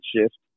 shift